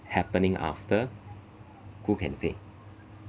happening after who can say